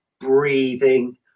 breathing